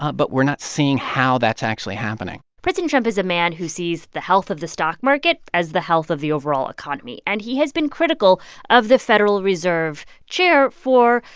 ah but we're not seeing how that's actually happening president trump is a man who sees the health of the stock market as the health of the overall economy. and he has been critical of the federal reserve chair for,